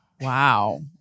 Wow